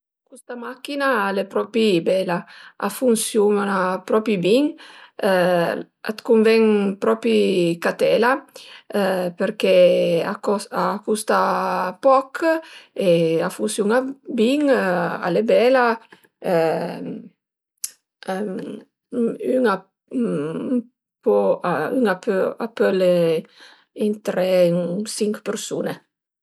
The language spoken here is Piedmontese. Custa machin-a al e propi bela, a funsiun-a propi bin, a të cunven propi catela përché a cost a custa poch e a funsiun-a bin, al e bela ün a pöl intré ën sinch persun-e